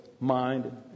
mind